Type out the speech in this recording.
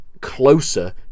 Closer